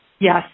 Yes